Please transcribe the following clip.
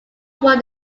won